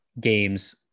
games